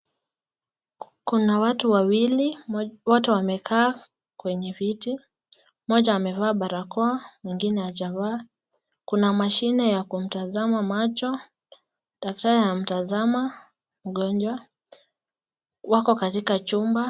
Kuna watu wawili, wote wamekaa kwenye viti, mmoja amevaa barakoa, mwingine hajavaa, kuna mashine ya kumtazama macho, daktari anamtazama mgonjwa, wako katika chumba.